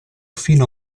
fino